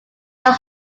are